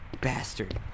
bastard